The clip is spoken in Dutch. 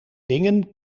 dingen